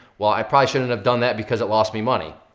well, i probably shouldn't have done that because it lost me money.